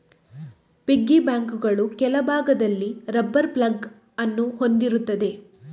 piggy ಬ್ಯಾಂಕುಗಳು ಕೆಳಭಾಗದಲ್ಲಿ rubber plug ಅನ್ನು ಹೊಂದಿರುತ್ತವೆ